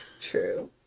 True